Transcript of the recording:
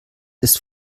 ist